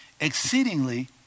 exceedingly